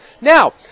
Now